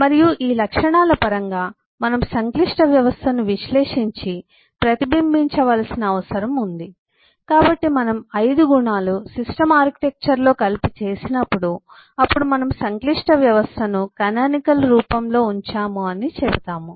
మరియు ఈ లక్షణాల పరంగా మనము సంక్లిష్ట వ్యవస్థను విశ్లేషించి ప్రతిబింబించ వలసిన అవసరం ఉంది కాబట్టి మనం 5 గుణాలు సిస్టమ్ ఆర్కిటెక్చర్లో కలిపి చేసినప్పుడు అప్పుడు మనము సంక్లిష్ట వ్యవస్థను కానానికల్ రూపంలో ఉంచాము అని చెబుతాము